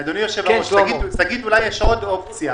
אדוני היושב בראש שגית, אולי יש עוד אופציה.